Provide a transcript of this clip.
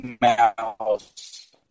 Mouse